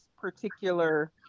particular